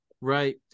right